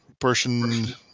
person